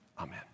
Amen